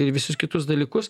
ir visus kitus dalykus